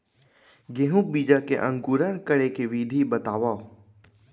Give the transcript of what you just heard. गेहूँ बीजा के अंकुरण करे के विधि बतावव?